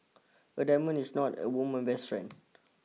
a diamond is not a woman's best friend